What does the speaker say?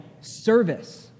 service